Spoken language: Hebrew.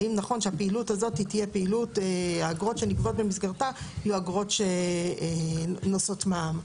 שהפעילות הזאת והאגרות שנגבות במסגרתה יהיו אגרות שנושאות מע"מ.